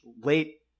late